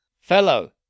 Fellow